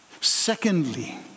Secondly